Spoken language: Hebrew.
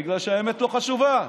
בגלל שהאמת לא חשובה.